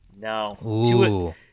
No